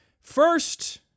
First